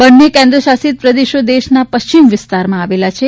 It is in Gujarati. બંને કેન્દ્રશાસિત પ્રદેશો દેશના પશ્ચિમ વિસ્તારમાં આવેલા છે